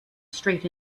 straight